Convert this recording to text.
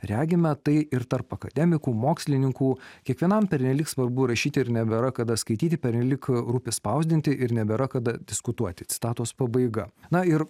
regime tai ir tarp akademikų mokslininkų kiekvienam pernelyg svarbu rašyti ir nebėra kada skaityti pernelyg rūpi spausdinti ir nebėra kada diskutuoti citatos pabaiga na ir